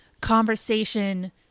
conversation